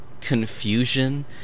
confusion